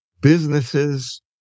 businesses